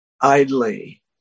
idly